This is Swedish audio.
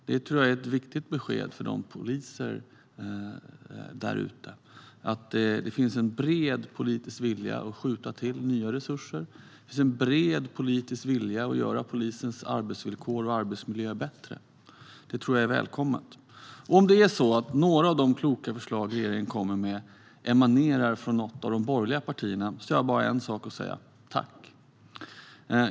Jag tror att det är ett viktigt besked till poliserna där ute att det finns en bred politisk vilja att skjuta till nya resurser och att det finns en bred politisk vilja att göra polisens arbetsvillkor och arbetsmiljö bättre. Det tror jag är välkommet. Om det är så att några av de kloka förslag som regeringen kommer med emanerar från något av de borgerliga partierna har jag bara en sak att säga: Tack!